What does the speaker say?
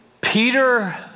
Peter